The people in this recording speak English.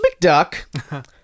McDuck